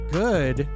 good